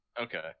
okay